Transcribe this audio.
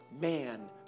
man